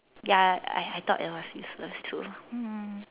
ya I I thought it was useless too mm